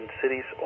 cities